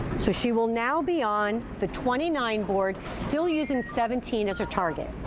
so, she will now be on the twenty nine board, still using seventeen as her target.